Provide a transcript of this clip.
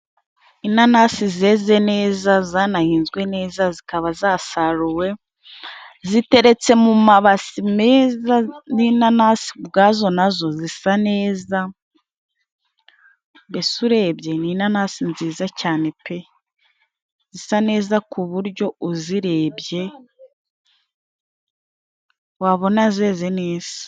Inanasi zeze neza zanahinzwe neza zikaba zasaruwe, ziteretse mu mabase meza. N'inanasi ubwazo nazo zisa neza, mbese urebye ni inanasi nziza cyane pe!!Zisa neza ku buryo uzirebye wabona zeze neza.